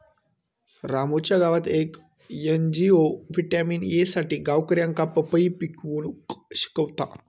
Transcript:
रामूच्या गावात येक एन.जी.ओ व्हिटॅमिन ए साठी गावकऱ्यांका पपई पिकवूक शिकवता